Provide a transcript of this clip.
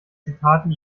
zitaten